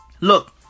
look